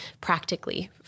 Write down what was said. practically